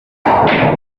bakunda